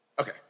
okay